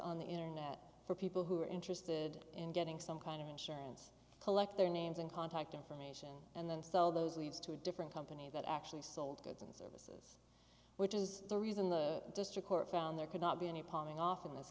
on the internet for people who are interested in getting some kind of insurance collect their names and contact information and then sell those leads to a different company that actually sold goods which is the reason the district court found there could not be any palming off in this